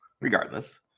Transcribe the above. regardless